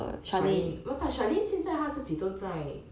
charlene but charlene 现在她自己都在